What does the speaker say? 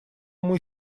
мой